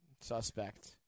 Suspect